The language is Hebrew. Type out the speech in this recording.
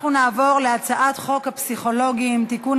אנחנו נעבור להצעת חוק הפסיכולוגים (תיקון,